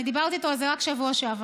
דיברתי איתו על זה רק בשבוע שעבר.